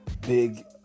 big